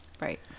Right